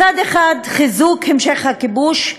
מצד אחד, חיזוק המשך הכיבוש,